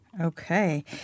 Okay